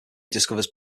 discovers